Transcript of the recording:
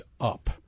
up